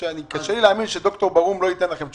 קשה לי להאמין שד"ר ברהום לא יענה לכם תשובות.